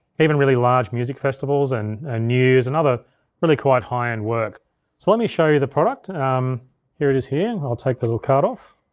even really large music festivals, and ah new years, and other really quite high-end work so let me show you the product, and um here it is here. i'll take the little card off.